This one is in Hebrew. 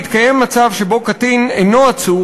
בהתקיים מצב שבו קטין אינו עצור,